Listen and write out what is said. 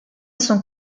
son